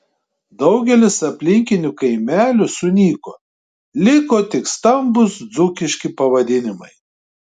daugelis aplinkinių kaimelių sunyko liko tik skambūs dzūkiški pavadinimai